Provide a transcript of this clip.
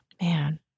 Man